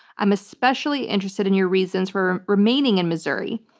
i'm especially interested in your reasons for remaining in missouri.